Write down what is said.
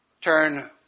turn